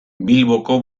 bilboko